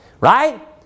right